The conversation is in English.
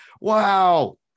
Wow